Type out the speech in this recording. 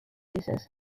users